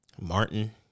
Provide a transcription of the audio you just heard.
Martin